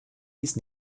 dies